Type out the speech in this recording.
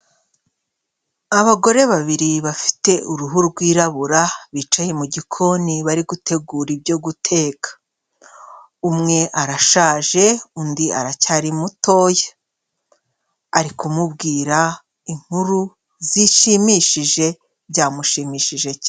Abagore babiri bafite uruhu rwirabura bicaye mu gikoni bari gutegura ibyo guteka, umwe arashaje undi aracyari mutoya, ari kumubwira inkuru zishimishije byamushimishije cyane.